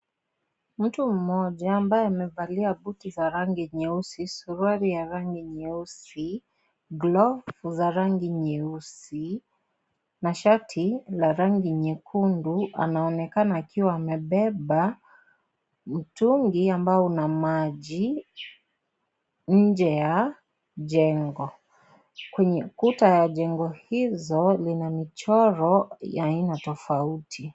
"Mtu mmoja ambaye amevalia buti za rangi nyeusi, suruali ya rangi nyeusi, gloves za rangi nyeusi na shati la rangi nyekundu, anaonekana akiwa amebeba mtungi ambao una maji. Nje ya jengo, kwenye ukuta wa jengo hilo, kuna michoro ya aina tofauti."